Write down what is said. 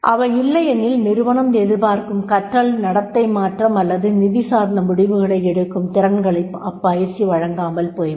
அவை இல்லையெனில் நிறுவனம் எதிர்பார்க்கும் கற்றல் நடத்தை மாற்றம் அல்லது நிதிசார்ந்த முடிவுகளை எடுக்கும் திறன்களைப் அப்பயிற்சி வழங்காமல் போய்விடும்